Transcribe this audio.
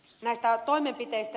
näistä toimenpiteistä